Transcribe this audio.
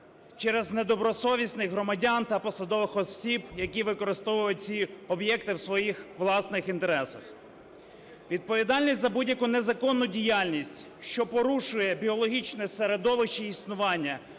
через недобросовісних громадян та посадових осіб, які використовують ці об'єкти в своїх власних інтересах. Відповідальність за будь-яку незаконну діяльність, що порушує біологічне середовище існування,